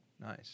Nice